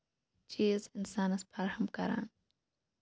چیٖز اِنسانَس فَرہَم کران